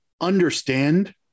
understand